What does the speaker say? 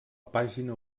pàgina